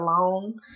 alone